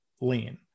lean